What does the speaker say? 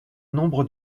nombre